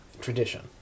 tradition